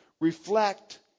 reflect